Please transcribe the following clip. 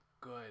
good